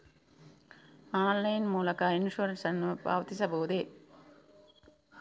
Online ಮೂಲಕ insurance ನ್ನು ಪಾವತಿಸಬಹುದೇ?